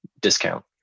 discount